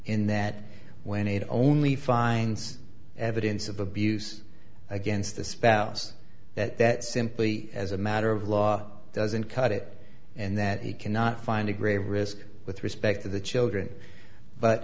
in that when it only finds evidence of abuse against the spouse that that simply as a matter of law doesn't cut it and that he cannot find a grave risk with respect to the children but